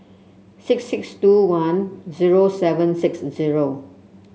six six two one zero seven six zero